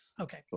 Okay